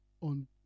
on